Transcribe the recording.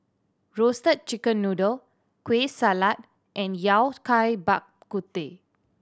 Roasted Chicken Noodle Kueh Salat and yao Bak Kut Teh